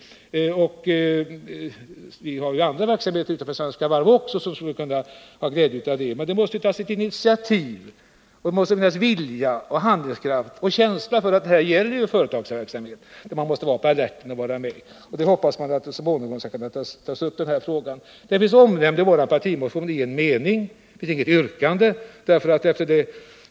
Och det finns också andra statliga företag än Svenska Varv som skulle kunna ha glädje av detta. Men det måste tas initiativ och finnas vilja, handlingskraft och en känsla för att det gäller företagsverksamhet, där man måste vara på alerten. Jag hoppas att detta så småningom kan bli aktuellt. Denna fråga finns omnämnd i vår partimotion i en mening. Men det finns inte något yrkande.